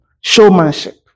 showmanship